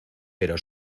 pero